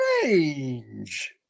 strange